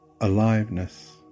aliveness